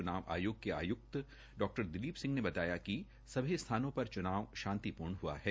च्नाव आयोग के आयुकत डॉ दिली सिंह ने बताया कि सभी स्थानों र च्नाव शांति र्ण हआ है